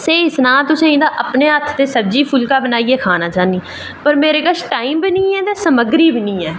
स्हेई सनांऽ तां तुसेंगी ते अपने ताहीं सब्जी फुल्का बनाइयै खाना चाह्न्नी आं पर मेरे कश टाईम बी निं ऐ ते समग्री बी निं ऐ